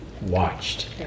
watched